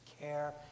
care